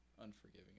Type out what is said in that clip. Unforgiving